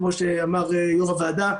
כמו שאמר יושב-ראש הוועדה,